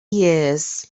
years